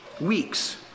weeks